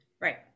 Right